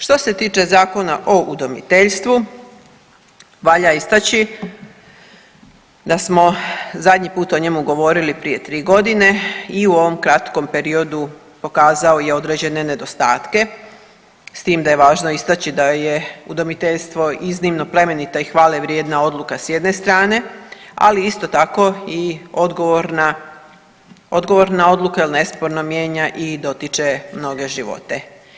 Što se tiče Zakona o udomiteljstvu valja istaći da smo zadnji put o njemu govorili prije tri godine i u ovom kratkom periodu pokazao je određene nedostatke, s tim da je važno istaći da je udomiteljstvo iznimno plemenita i hvale vrijedna odluka s jedne strane, ali isto tako i odgovorna odluka jer nesporno mijenja i dotiče mnoge živote.